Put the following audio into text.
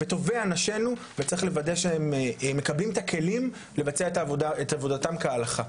בטובי אנשינו וצריך לוודא שהם מקבלים את הכלים לבצע את עבודתם כהלכה.